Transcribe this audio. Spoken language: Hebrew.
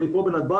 אני פה בנתב"ג,